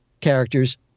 characters